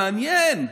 מעניין.